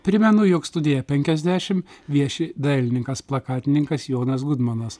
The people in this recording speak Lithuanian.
primenu jog studija penkiasdešim vieši dailininkas plakatininkas jonas gudmonas